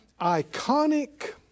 iconic